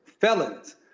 felons